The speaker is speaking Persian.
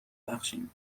بخشیم